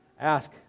ask